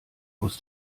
aus